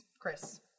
Chris